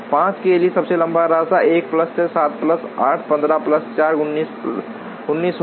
5 के लिए सबसे लंबा रास्ता 1 प्लस 6 7 प्लस 8 15 प्लस 4 19 होगा